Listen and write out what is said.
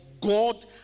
God